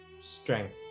strength